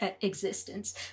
existence